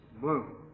Blue